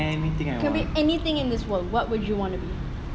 you can be anything is this world what would you want to be